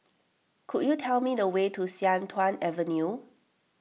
could you tell me the way to Sian Tuan Avenue